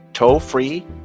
Toll-free